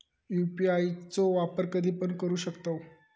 UPI चो वापर कधीपण करू शकतव?